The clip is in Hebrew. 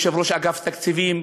ראש אגף תקציבים,